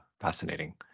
fascinating